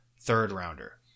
third-rounder